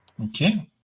Okay